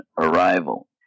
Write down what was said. arrival